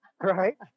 Right